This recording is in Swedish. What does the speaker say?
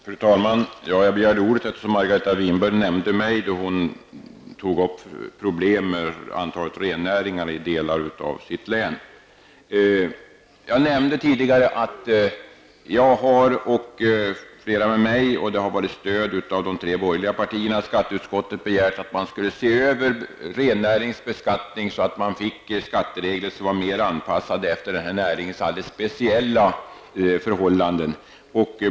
Fru Talman! Jag begärde ordet därför att Margareta Winberg nämnde mig då hon tog upp problemet med antalet renar i delar av hennes län. Jag nämnde tidigare att jag och flera med mig, med stöd från de tre borgerliga partierna, i skatteutskottet begärde att man skall se över rennäringsbeskattning, så att vi kan få skatteregler som är mer anpassade efter den här näringens speciella förhållanden.